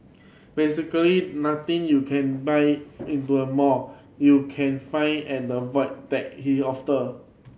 basically nothing you can buy into a mall you can find at the Void Deck he